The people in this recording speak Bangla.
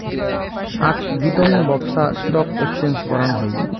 আক বিতিং ব্যপছা স্টক এক্সচেঞ্জ করাং হই